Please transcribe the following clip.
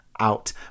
Out